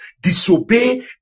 disobey